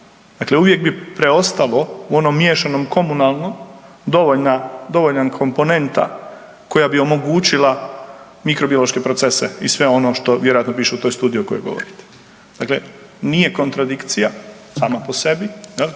dakle uvijek bi preostalo u onom miješanom komunalno dovoljna komponenta koja bi omogućila mikrobiološke procese i sve ono što vjerojatno piše u toj studiji o kojoj govorite. Dakle, nije kontradikcija sama po sebi jel,